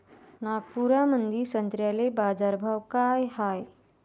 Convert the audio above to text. नागपुरामंदी संत्र्याले बाजारभाव काय हाय?